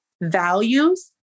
values